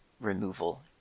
removal